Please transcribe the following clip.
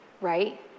Right